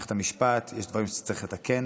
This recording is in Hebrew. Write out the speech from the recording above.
במערכת המשפט יש דברים שצריך לתקן,